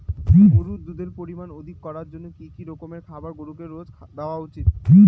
গরুর দুধের পরিমান অধিক করার জন্য কি কি রকমের খাবার গরুকে রোজ দেওয়া উচিৎ?